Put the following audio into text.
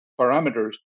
parameters